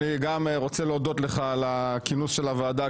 אני גם רוצה להודות לך על הכינוס של הוועדה,